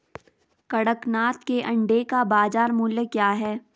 कड़कनाथ के अंडे का बाज़ार मूल्य क्या है?